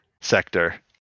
sector